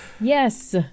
Yes